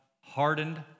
hardened